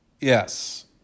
Yes